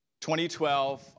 2012